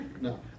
no